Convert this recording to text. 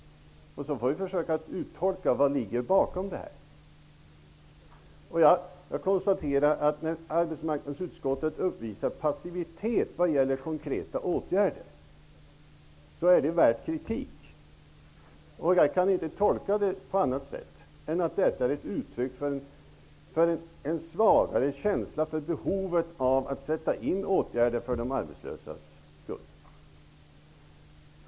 Sedan får vi försöka tolka vad som ligger bakom. När arbetsmarknadsutskottet uppvisar passivitet när det gäller konkreta åtgärder är det värt kritik. Jag kan inte tolka det på annat sätt än att detta är ett uttryck för en svagare känsla för behovet av att sätta in åtgärder för de arbetslösa.